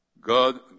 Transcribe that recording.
God